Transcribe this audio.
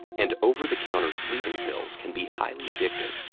and over-the-counter sleeping pills can be highly addictive,